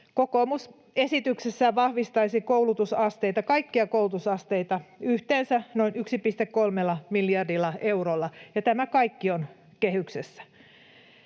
Kokoomus esityksessään vahvistaisi kaikkia koulutusasteita yhteensä noin 1,3 miljardilla eurolla, ja tämä kaikki on kehyksessä.